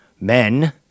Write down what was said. men